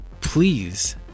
please